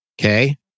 Okay